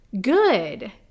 good